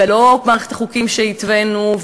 ולא מערכת החוקים שהתווינו,